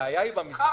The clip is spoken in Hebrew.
הבעיה היא במסגרת.